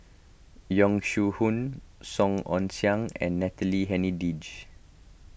Yong Shu Hoong Song Ong Siang and Natalie Hennedige